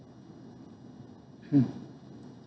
mm